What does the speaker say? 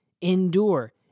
endure